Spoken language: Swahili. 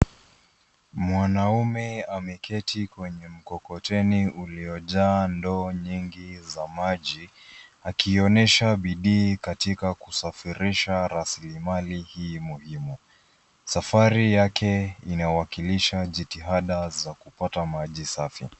Mwanaume ameketi kwenye mkokoteni uliojaa ndoo nyingi za maji, akionyesha bidii katika kusafirisha rasilimali hii muhimu. Safari yake inawakilisha jitihada za kupata maji safi.